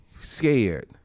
scared